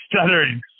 Stuttering